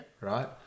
right